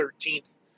13th